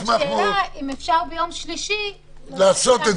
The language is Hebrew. השאלה היא האם אפשר לעשות ביום שלישי --- להגביל